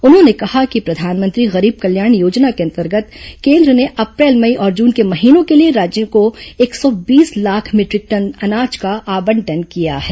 उन्होंने कहा कि प्र धानमंत्री गरीब कल्याण योजना के अंतर्गत कें द्र ने अ प्रैल मई और जून के महीनों के लिए राज्यों को एक सौ बीस लाख मीटरिक टन अनाज का आवंटन किया है